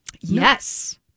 Yes